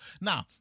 Now